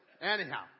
Anyhow